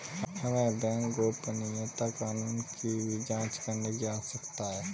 हमें बैंक गोपनीयता कानूनों की भी जांच करने की आवश्यकता है